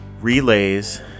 relays